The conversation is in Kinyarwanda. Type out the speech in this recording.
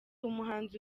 umuhanzi